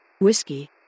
Whiskey